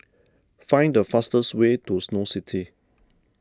find the fastest way to Snow City